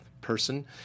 person